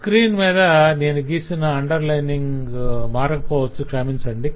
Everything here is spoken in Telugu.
స్క్రీన్ మీద నేను గీసిన అండర్ లైనింగ్ మారకపోవచ్చు క్షమిచండి